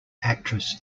actress